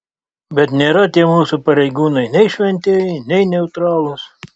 bet nėra tie mūsų pareigūnai nei šventieji nei neutralūs